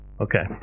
Okay